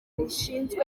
rishinzwe